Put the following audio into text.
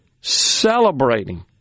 celebrating